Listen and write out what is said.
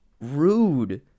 rude